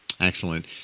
excellent